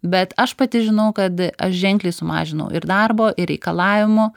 bet aš pati žinau kad aš ženkliai sumažinau ir darbo ir reikalavimų